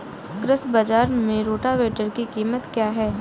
कृषि बाजार में रोटावेटर की कीमत क्या है?